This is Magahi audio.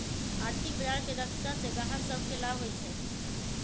आर्थिक बजार के दक्षता से गाहक सभके लाभ होइ छइ